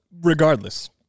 regardless